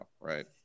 right